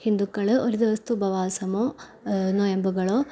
ഹിന്ദുക്കള് ഒരു ദിവസത്തെ ഉപവാസമോ നൊയമ്പുകളോ